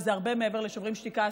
וזה הרבה מעבר לשוברים שתיקה,